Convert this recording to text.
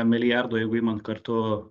milijardų jeigu imant kartu